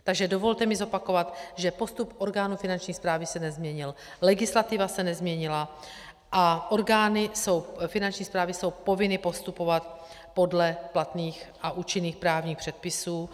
Takže mi dovolte zopakovat, že postup orgánů Finanční správy se nezměnil, legislativa se nezměnila a orgány Finanční správy jsou povinny postupovat podle platných a účinných právních předpisů.